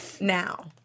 Now